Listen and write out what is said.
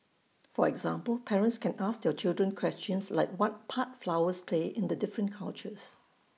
for example parents can ask their children questions like what part flowers play in the different cultures